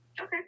Okay